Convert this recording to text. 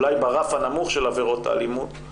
אולי ברף הנמוך של עבירות האלימות,